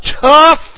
tough